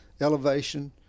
elevation